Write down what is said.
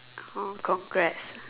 con~ congrats